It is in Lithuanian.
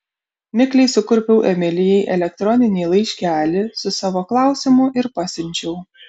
mikliai sukurpiau emilijai elektroninį laiškelį su savo klausimu ir pasiunčiau